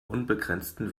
unbegrenzten